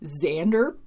Xander